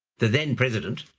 the then president,